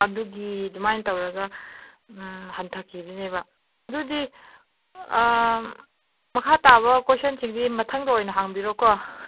ꯑꯗꯨꯒꯤ ꯑꯗꯨꯃꯥꯏꯅ ꯇꯧꯔꯒ ꯍꯟꯊꯈꯤꯕꯅꯦꯕ ꯑꯗꯨꯗꯤ ꯃꯈꯥ ꯇꯥꯕ ꯀꯣꯏꯁꯟꯁꯤꯡꯗꯤ ꯃꯊꯪꯗ ꯑꯣꯏꯅ ꯍꯪꯕꯤꯔꯣꯀꯣ